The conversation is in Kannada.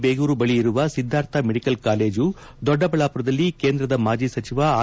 ಬೇಗೂರು ಬಳಿ ಇರುವ ಸಿದ್ದಾರ್ಥ ಮೆಡಿಕಲ್ ಕಾಲೇಜು ದೊಡ್ಡಬಳ್ಳಾಪುರದಲ್ಲಿ ಕೇಂದ್ರ ಮಾಜಿ ಸಚಿವ ಆರ್